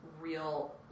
real